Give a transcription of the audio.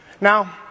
Now